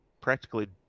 practically